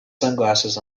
sunglasses